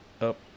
up